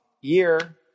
year